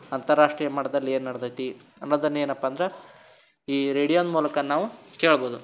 ಅಂತರಾಷ್ಟ್ರೀಯ ಮಟ್ದಲ್ಲಿ ಏನು ನಡ್ದಿದೆ ಅನ್ನೋದನ್ನು ಏನಪ್ಪ ಅಂದ್ರೆ ಈ ರೇಡಿಯೋದ ಮೂಲಕ ನಾವು ಕೇಳ್ಬೋದು